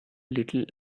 little